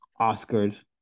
Oscars